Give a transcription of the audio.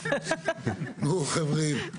נו, חברים.